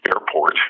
airport